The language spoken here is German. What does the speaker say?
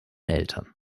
eltern